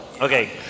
Okay